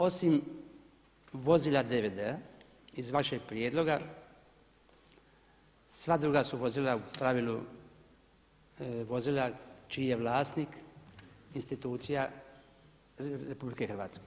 Osim vozila DVD-a iz vašeg prijedloga, sva druga vozila u pravilu vozila čiji je vlasnik institucija RH.